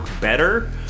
better